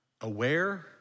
Aware